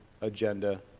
agenda